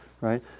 right